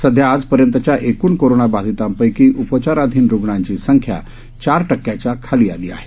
सध्या आजपर्यंतच्या एकूण कोरोनाबाधितांपैकी उपचाराधीन रुग्णांची संख्या चार टक्क्याच्या खाली आली आहे